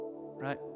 right